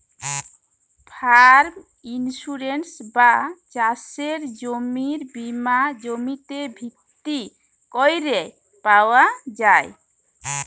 farm insurance বা চাসের জমির বীমা জমিতে ভিত্তি ক্যরে পাওয়া যায়